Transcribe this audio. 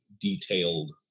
detailed